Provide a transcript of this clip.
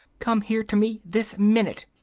come here to me this minute!